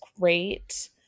great